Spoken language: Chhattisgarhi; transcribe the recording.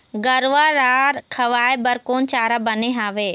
गरवा रा खवाए बर कोन चारा बने हावे?